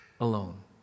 alone